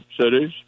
cities